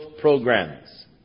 programs